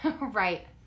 Right